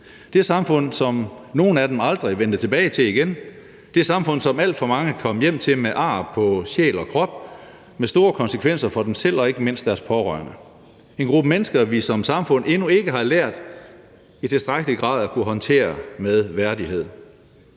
det samfund, som nogle af dem aldrig vendte tilbage til igen, det samfund, som alt for mange kom hjem til med ar på sjæl og krop, med store konsekvenser for dem selv og ikke mindst deres pårørende. Det er en gruppe mennesker, vi som samfund endnu ikke har lært i tilstrækkelig grad at kunne håndtere med værdighed.